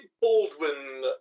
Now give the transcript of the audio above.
Baldwin